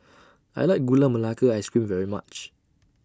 I like Gula Melaka Ice Cream very much